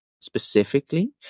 specifically